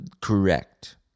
correct